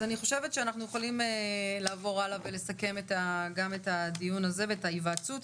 אני חושבת שאנחנו יכולים לעבור הלאה ולסכם גם את הדיון הזה וההיוועצות.